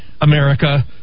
America